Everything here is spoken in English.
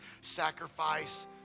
sacrifice